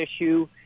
issue